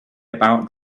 about